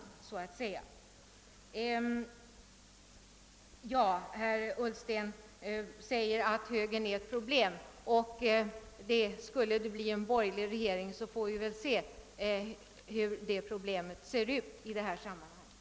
Herr Ullsten förklarar att högern är ett problem. Skulle det bli en borgerlig regering, får vi väl se hur detta problem tar sig ut i detta sammanhang.